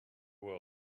world